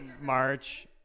March